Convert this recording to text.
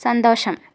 സന്തോഷം